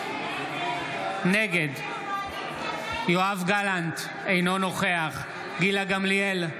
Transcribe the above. נגד יואב גלנט, אינו נוכח גילה גמליאל,